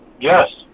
Yes